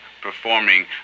performing